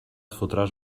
fotràs